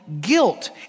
guilt